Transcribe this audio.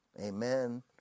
Amen